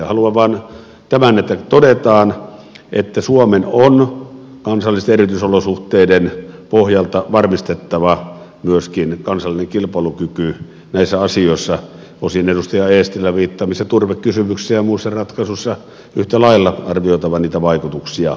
haluan vain tämän että todetaan että suomen on kansallisten erityisolosuhteiden pohjalta varmistettava myöskin kansallinen kilpailukyky näissä asioissa osin edustaja eestilän viittaamissa turvekysymyksissä ja yhtä lailla muissa ratkaisuissa arvioitava niitä vaikutuksia